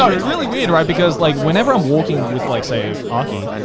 um it's really weird, right, because like, whenever i'm walking with like say aki,